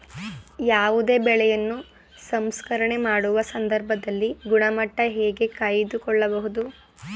ಯಾವುದೇ ಬೆಳೆಯನ್ನು ಸಂಸ್ಕರಣೆ ಮಾಡುವ ಸಂದರ್ಭದಲ್ಲಿ ಗುಣಮಟ್ಟ ಹೇಗೆ ಕಾಯ್ದು ಕೊಳ್ಳಬಹುದು?